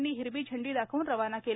यांनी हिरवी झेंडी दाखवून रवाना केले